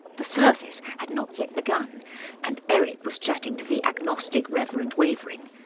the service had not yet begun and eric was chatting to the agnostic reverend wavering.